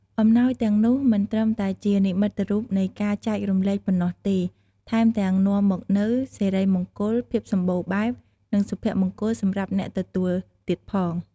អំណោយទាំងនោះមិនត្រឹមតែជានិមិត្តរូបនៃការចែករំលែកប៉ុណ្ណោះទេ ថែមទាំងនាំមកនូវសិរីមង្គល ភាពសម្បូរបែប និងសុភមង្គលសម្រាប់អ្នកទទួលទៀតផង។